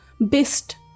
best